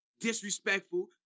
disrespectful